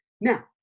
Now